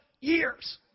years